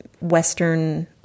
Western